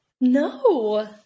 No